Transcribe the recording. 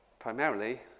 primarily